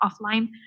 offline